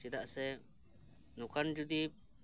ᱪᱮᱫᱟᱜ ᱥᱮ ᱱᱚᱝᱠᱟᱱ ᱡᱚᱫᱤ